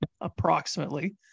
approximately